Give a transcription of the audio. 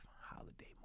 holiday